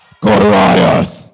Goliath